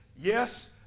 yes